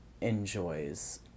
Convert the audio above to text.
enjoys